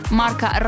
marca